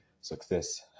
Success